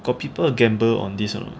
got people gamble on this or not